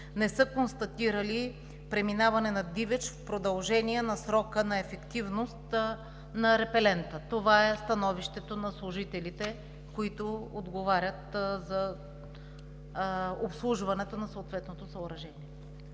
не са констатирали преминаване на дивеч в продължение на срока на ефективност на репелента. Това е становището на служителите, които отговарят за обслужването на съответното съоръжение.